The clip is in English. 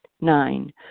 Nine